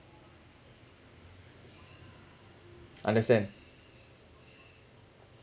understand